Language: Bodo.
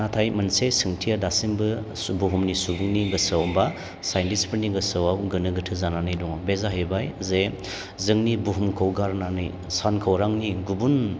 नाथाय मोनसे सोंथिया दासिमबो बुहुमनि सुबुंनि गोसोयाव बा साइनटिस्टफोरनि गोसोआव गोनो गोथो जानानै दङ बे जाहैबाय जे जोंनि बुहुमखौ गारनानै सानखौरांनि गुबुन